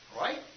Right